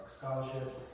scholarships